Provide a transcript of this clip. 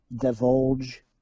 divulge